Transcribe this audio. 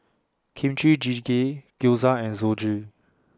Kimchi Jjigae Gyoza and Zosui